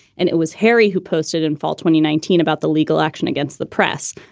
and it was harry who posted in fall twenty nineteen about the legal action against the press,